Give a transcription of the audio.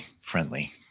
friendly